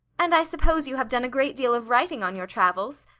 and i suppose you have done a great deal of writing on your travels?